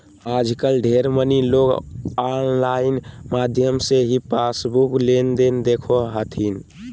आजकल ढेर मनी लोग आनलाइन माध्यम से ही पासबुक लेनदेन देखो हथिन